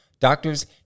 Doctors